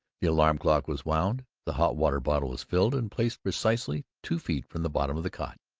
the alarm clock was wound. the hot-water bottle was filled and placed precisely two feet from the bottom of the cot.